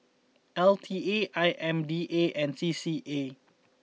L T A I M D A and C C A